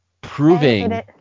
Proving